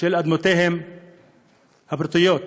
של אדמותיהם הפרטיות.